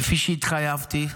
כפי שהתחייבתי,